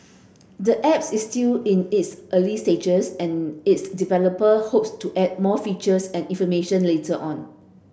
the apps is still in its early stages and its developer hopes to add more features and information later on